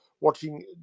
watching